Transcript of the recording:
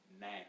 now